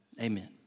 Amen